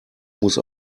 muss